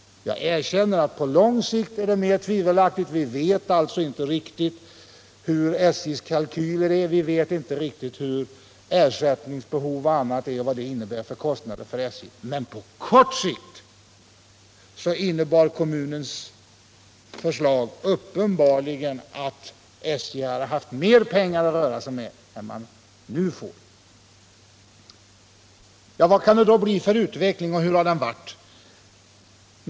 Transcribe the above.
Jag erkänner att det på lång sikt är mera tvivelaktigt; vi vet inte hur SJ:s kalkyler är, och vi vet inte vad ersättningsbehov och annat innebär i kostnader för SJ. Men på kort sikt innebar kommunens förslag uppenbarligen att SJ skulle ha fått mer pengar att röra sig med än man nu har. Hur blir då utvecklingen, och hur har det varit tidigare?